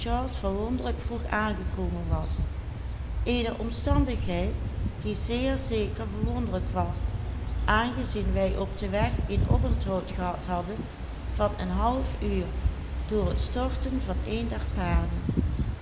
zeker verwonderlijk was aangezien wij op weg een oponthoud gehad hadden van een half uur door t storten van een der paarden